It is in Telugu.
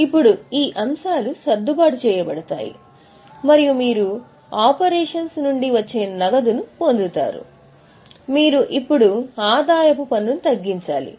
ఇప్పుడు ఈ అంశాలు సర్దుబాటు చేయబడతాయి మరియు మీరు ఆపరేషన్స్ నుండి వచ్చే నగదును పొందుతారు మీరు ఇప్పుడు ఆదాయపు పన్నును తగ్గించాలి